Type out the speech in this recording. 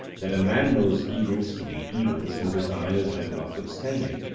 that a man knows evils to be evils and desires them notwithstanding?